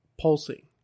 pulsing